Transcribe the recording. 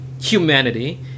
Humanity